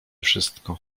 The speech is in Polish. wszystko